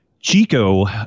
Chico